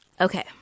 Okay